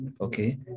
Okay